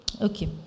Okay